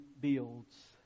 builds